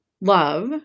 love